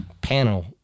panel